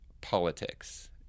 politics